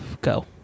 Go